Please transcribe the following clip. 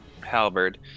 Halberd